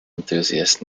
enthusiasts